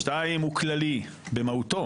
שתיים, הוא כללי, במהותו